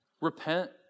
Repent